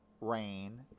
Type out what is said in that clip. rain